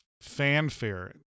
fanfare